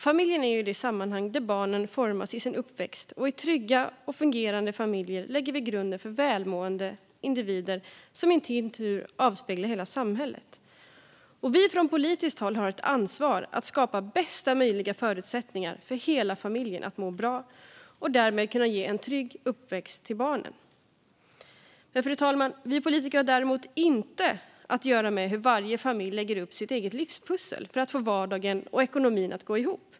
Familjen är det sammanhang där barnen formas under sin uppväxt, och i trygga och fungerande familjer lägger vi grunden för välmående individer som i sin tur avspeglar hela samhället. Från politiskt håll har vi ett ansvar för att skapa bästa möjliga förutsättningar för hela familjen att må bra och därmed kunna ge barnen en trygg uppväxt. Vi politiker har däremot inte med att göra hur varje familj lägger sitt eget livspussel för att få vardagen och ekonomin att gå ihop.